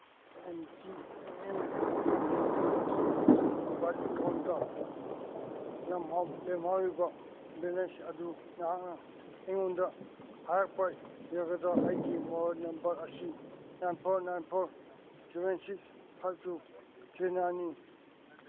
M T N L ꯂꯦꯜꯂꯤꯒꯤ ꯑꯩꯒꯤ mobile mobile account ꯂꯦꯝꯍꯧꯔꯤꯕ ꯕꯦꯂꯦꯟꯁ ꯑꯗꯨ ꯅꯍꯥꯛꯅ ꯑꯩꯉꯣꯟꯗ ꯍꯥꯏꯔꯛꯄ ꯌꯥꯒꯗ꯭ꯔꯥ ꯑꯩꯒꯤ ꯃꯣꯕꯥꯏꯜ ꯅꯝꯕꯔ ꯑꯁꯤ nine four nine four seven six five two three ꯅꯥꯏꯟꯅꯤ